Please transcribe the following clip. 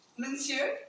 Monsieur